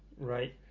right